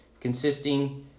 consisting